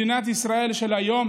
מדינת ישראל של היום